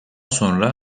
sonra